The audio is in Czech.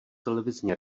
televizní